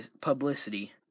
Publicity